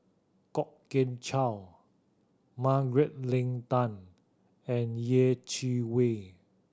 Kwok Kian Chow Margaret Leng Tan and Yeh Chi Wei